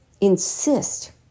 insist